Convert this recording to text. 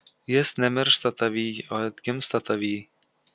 jis nemiršta tavyj o atgimsta tavyj